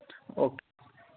okay